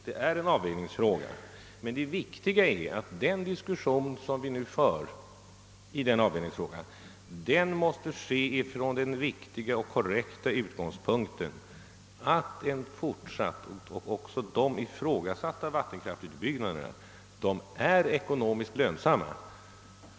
Det är en avvägningsfråga, och det viktiga är att vi gör denna avvägning från den korrekta utgångspunkten att de fortsatta vattenkraftsutbyggnaderna — också de ifrågasatta — är ekonomiskt lönsamma.